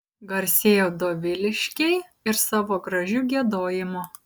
garsėjo doviliškiai ir savo gražiu giedojimu